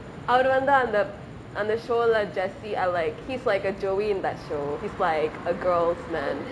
அவரு வந்து அந்த அந்த:avaru vanthu antha antha show லே:le jessie I like he's like a joey in that show he's like a girl's man